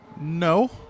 No